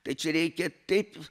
tai čia reikia taip